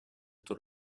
эту